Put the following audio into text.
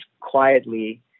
quietly